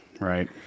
right